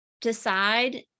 decide